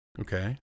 Okay